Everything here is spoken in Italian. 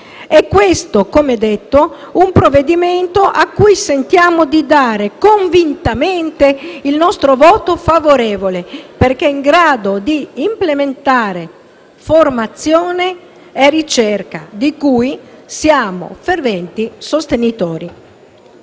È questo, come ho detto, un provvedimento al quale sentiamo di dare convintamente il nostro voto favorevole, perché è in grado di implementare formazione e ricerca, di cui siamo ferventi sostenitori.